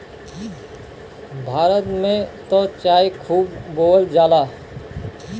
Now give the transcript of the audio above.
भारत में त चाय खूब बोअल जाला